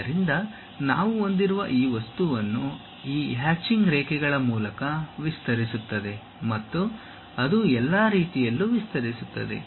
ಆದ್ದರಿಂದ ನಾವು ಹೊಂದಿರುವ ಈ ವಸ್ತುವನ್ನು ಈ ಹ್ಯಾಚಿಂಗ್ ರೇಖೆಗಳ ಮೂಲಕ ವಿಸ್ತರಿಸುತ್ತದೆ ಮತ್ತು ಅದು ಎಲ್ಲಾ ರೀತಿಯಲ್ಲೂ ವಿಸ್ತರಿಸುತ್ತದೆ